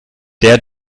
der